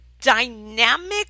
dynamic